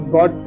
God